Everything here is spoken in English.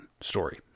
story